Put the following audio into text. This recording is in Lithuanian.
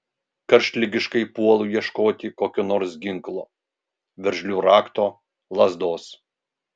karštligiškai puolu ieškoti kokio nors ginklo veržlių rakto lazdos